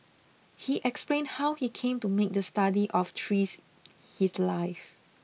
he explain how he came to make the study of trees his life